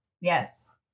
yes